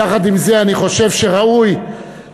ויחד עם זה אני חושב שראוי שהכנסת,